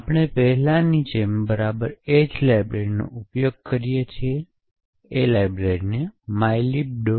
આપણે પહેલાની જેમ બરાબર એ જ લાઇબ્રેરિનો ઉપયોગ કરીએ છીએ એ લાઇબ્રેરીને mylib